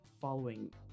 following